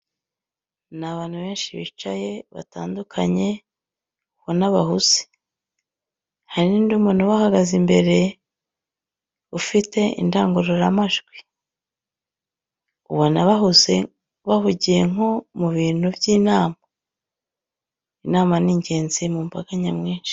Ni abantu benshi bicaye batandukanye ubona bahuze hari n'undi muntu ubahaze imbere ufite indangaruramajwi ubona bahuze, bahugye nko mu bintu by'inama, inama ni ingenzi mu mbaga nyamwinshi.